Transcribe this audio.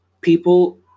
people